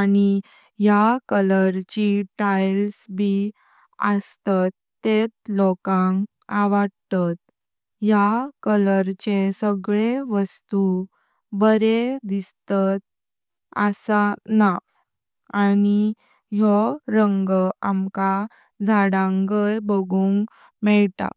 आणि या कलरची टाइल्स ब अस्तात, तेते लोकांग आवडतात। या कलरचे सगळे वस्तू बरे दिसतात असा न्हा। आणि यो रंग अमका झाडांगी बगून मेया।